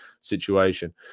situation